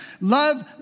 Love